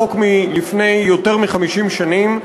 חוק מלפני יותר מ-50 שנים,